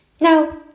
Now